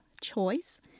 choice